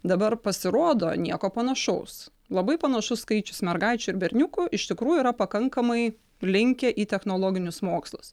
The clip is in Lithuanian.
dabar pasirodo nieko panašaus labai panašus skaičius mergaičių berniukų iš tikrųjų yra pakankamai linkę į technologinius mokslus